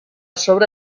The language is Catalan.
sobre